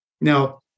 Now